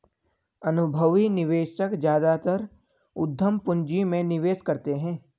अनुभवी निवेशक ज्यादातर उद्यम पूंजी में निवेश करते हैं